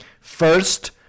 first